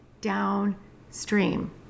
downstream